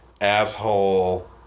asshole